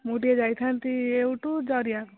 ମୁଁ ଟିକିଏ ଯାଇଥାନ୍ତି ଏଇଠୁ ଜରିଆ